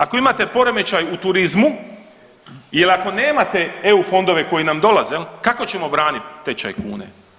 Ako imate poremećaj u turizmu ili ako nemate EU fondove koji nam dolaze, kako ćemo braniti tečaj kune?